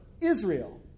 Israel